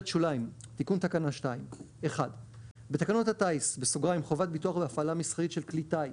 תיקון תקנה 2 בתקנות הטיס (חובת ביטוח בהפעלה מסחרית של כלי טיס),